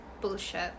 Bullshit